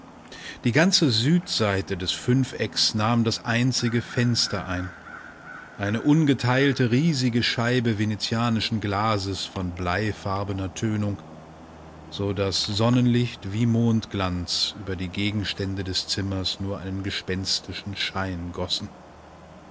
die ganze südseite des fünfecks nahm das einzige fenster ein eine ungeteilte riesige scheibe venezianischen glases von bleifarbener tönung so daß sonnenlicht wie mondglanz über die gegenstände des zimmers nur einen gespenstischen schein gossen